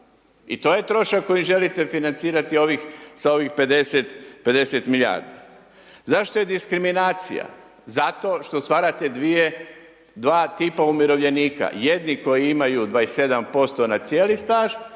I to je trošak koji želite financirati sa ovih 50 milijardi. Zašto je diskriminacija, zato što stvarate dva tipa umirovljenika, jedni koji imaju 27% na cijeli staž